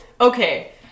okay